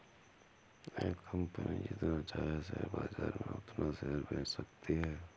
एक कंपनी जितना चाहे शेयर बाजार में उतना शेयर बेच सकती है